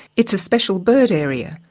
it's a special bird area,